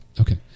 Okay